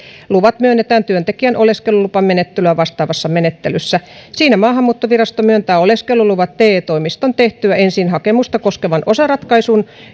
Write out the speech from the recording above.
luvat myönnetään työntekijän oleskelulupamenettelyä vastaavassa menettelyssä siinä maahanmuuttovirasto myöntää oleskeluluvat te toimiston tehtyä ensin hakemusta koskevan osaratkaisun